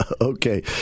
Okay